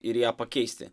ir ją pakeisti